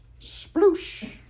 sploosh